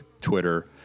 Twitter